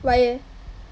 why eh